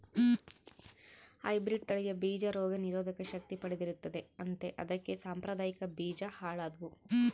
hybrid ತಳಿಯ ಬೀಜ ರೋಗ ನಿರೋಧಕ ಶಕ್ತಿ ಪಡೆದಿರುತ್ತದೆ ಅಂತೆ ಅದಕ್ಕೆ ಸಾಂಪ್ರದಾಯಿಕ ಬೀಜ ಹಾಳಾದ್ವು